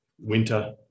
winter